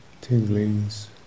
tinglings